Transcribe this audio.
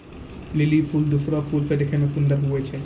lily फूल दोसरो फूल से देखै मे सुन्दर हुवै छै